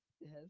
Yes